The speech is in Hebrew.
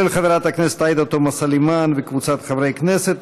של חברת הכנסת עאידה תומא סלימאן וקבוצת חברי הכנסת.